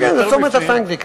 כן, זה נקרא "צומת הטנק".